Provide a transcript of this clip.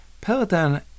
Peloton